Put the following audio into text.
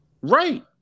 right